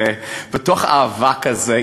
בתוך האבק הזה,